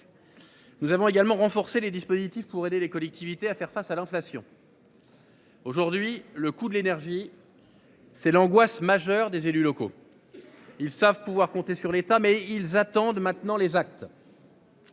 Nous avons également renforcer les dispositifs pour aider les collectivités à faire face à l'inflation.-- Aujourd'hui le coût de l'énergie. C'est l'angoisse majeure des élus locaux. Ils savent pouvoir compter sur l'état mais ils attendent maintenant les actes.--